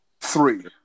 Three